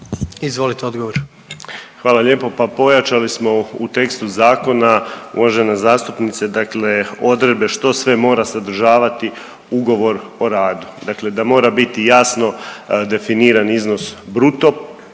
Marin (HDZ)** Hvala lijepa. Pa pojačali smo u tekstu zakona uvažena zastupnice odredbe što sve mora sadržavati ugovor o radu, dakle da mora biti jasno definiran iznos u brutu